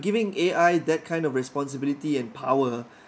giving A_I that kind of responsibility and power